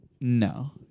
No